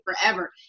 forever